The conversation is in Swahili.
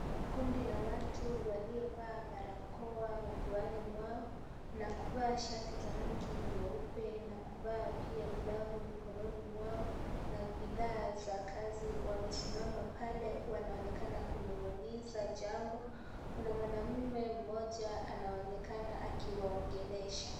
Kundi la watu waliovaa barakoa mapuani mwao na kuvaa shati za rangi nyeupe na kuvaa pia glavu mikononi mwao na bidhaa za kazi. Wamesimama pale wanaonekana kunung'uniza jambo, kuna mwanaume mmoja anaonekana akiwaongelesha.